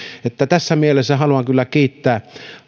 tässä mielessä haluan kyllä kiittää